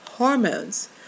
Hormones